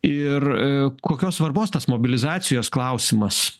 ir kokios svarbos tas mobilizacijos klausimas